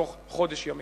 בתוך חודש ימים.